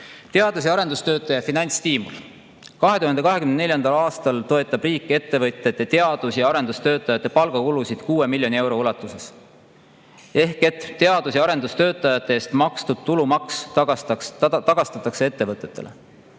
Teadus- ja arendustöötaja finantsstiimul. 2024. aastal toetab riik ettevõtete teadus- ja arendustöötajate palga kulusid 6 miljoni euro ulatuses. Ehk siis teadus- ja arendustöötajate eest makstud tulumaks tagastatakse ettevõtetele.